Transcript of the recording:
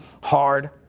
hard